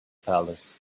palace